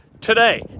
today